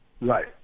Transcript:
Right